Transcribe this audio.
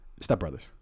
Stepbrothers